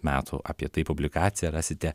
metų apie tai publikaciją rasite